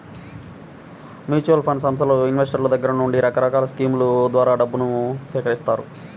mutual fund సంస్థలు ఇన్వెస్టర్ల దగ్గర నుండి రకరకాల స్కీముల ద్వారా డబ్బును సేకరిత్తాయి